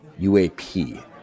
UAP